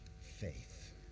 faith